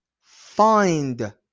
find